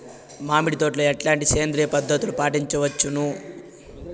మామిడి తోటలో ఎట్లాంటి సేంద్రియ పద్ధతులు పాటించవచ్చును వచ్చును?